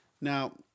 Now